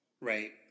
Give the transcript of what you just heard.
Right